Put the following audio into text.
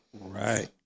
right